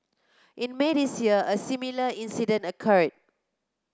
in May this year a similar incident occurred